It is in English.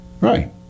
Right